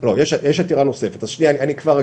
לא, יש עתירה נוספת, אז שנייה אני כבר אגיע לזה.